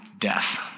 death